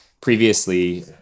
previously